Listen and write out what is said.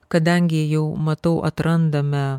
kadangi jau matau atrandame